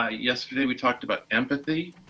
ah yesterday we talked about empathy,